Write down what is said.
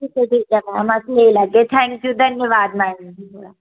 ठीक ऐ ठीक ऐ मैम अस लेई लैगे थैंक यू धन्यबाद मैडम जी थुआड़ा